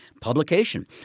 publication